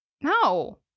No